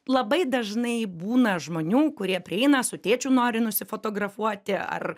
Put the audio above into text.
labai dažnai būna žmonių kurie prieina su tėčiu nori nusifotografuoti ar